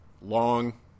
long